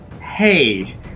hey